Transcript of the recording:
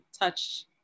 touch